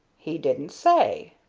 he didn't say.